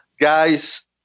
guys